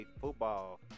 football